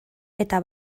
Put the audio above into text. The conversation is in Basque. eta